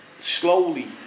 slowly